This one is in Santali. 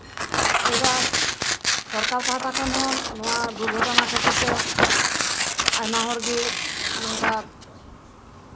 ᱮᱵᱟᱨ ᱥᱚᱨᱠᱟᱨ ᱯᱟᱦᱴᱟ ᱠᱷᱚᱱ ᱦᱚᱸ ᱫᱩᱨᱜᱷᱚᱴᱚᱱᱟ ᱠᱷᱟᱹᱛᱤᱨᱛᱮ ᱟᱭᱢᱟ ᱦᱚᱲᱜᱮ ᱱᱚᱝᱠᱟ